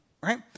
Right